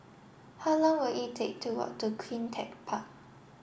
how long will it take to walk to CleanTech Park